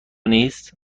نیست